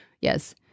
yes